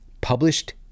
published